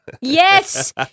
Yes